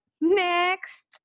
next